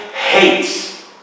Hates